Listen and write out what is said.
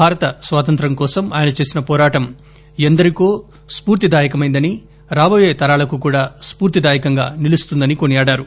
భారత స్వాతంత్రం కోసం ఆయన చేసిన పోరాటం ఎందరికో స్పూర్తి దాయకమైందని రాబోయే తరాలకు కూడా స్పూర్తి దాయకంగా నిలుస్తుందని కొనియాడారు